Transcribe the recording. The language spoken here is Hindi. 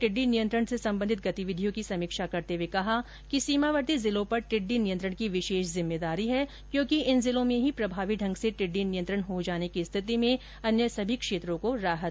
टिड्डी नियंत्रण से संबंधित गतिविधियों की समीक्षा करते हुए उन्होंने कहा कि सीमावर्ती जिलों पर टिड्डी नियंत्रण की विशेष जिम्मेदारी है क्योंकि इन जिलों में ही प्रभावी ढंग से टिड्डी नियंत्रण हो जाने की स्थिति में अन्य सभी क्षेत्रों को राहत मिल जाती है